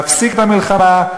להפסיק את המלחמה,